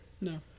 No